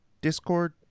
Discord